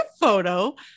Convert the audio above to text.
photo